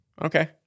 Okay